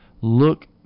look